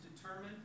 determined